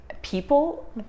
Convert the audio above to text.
people